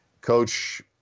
Coach